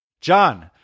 John